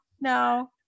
No